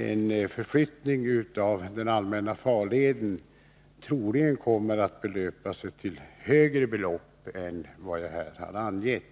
En flyttning av den allmänna farleden kommer troligen att belöpa sig till högre belopp än jag här har angivit.